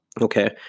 Okay